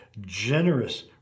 Generous